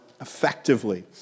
effectively